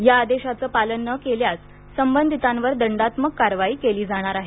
या आदेशाचं पालन न केल्यास संबंधितांवर दंडात्मक कारवाई केली जाणार आहे